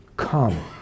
Come